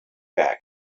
back